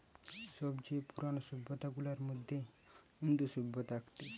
সব চেয়ে পুরানো সভ্যতা গুলার মধ্যে ইন্দু সভ্যতা একটি